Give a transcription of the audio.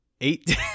eight